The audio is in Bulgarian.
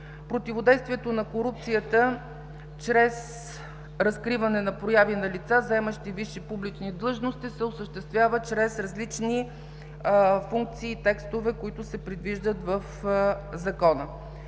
противодействието на корупцията чрез разкриване на прояви на лица, заемащи висши публични длъжности се осъществява чрез различни функции и текстове, които се предвиждат в Закона.